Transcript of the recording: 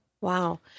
Wow